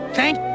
Thank